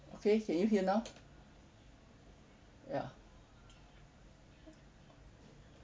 okay can you hear now now ya